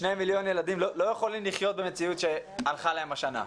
שני מיליון ילדים לא יכולים לחיות במציאות שהלכה להם השנה.